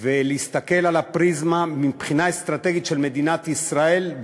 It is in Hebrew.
להסתכל מהפריזמה של הבחינה אסטרטגית של מדינת ישראל,